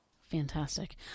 Fantastic